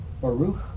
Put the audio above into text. Baruch